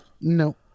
no